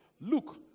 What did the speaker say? look